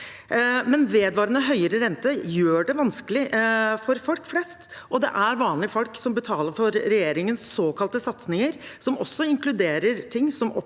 men vedvarende høyere rente gjør det vanskelig for folk flest. Det er vanlige folk som betaler for regjeringens såkalte satsinger, som også inkluderer ting som